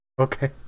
Okay